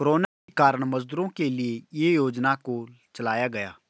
corona के कारण मजदूरों के लिए ये योजना को चलाया गया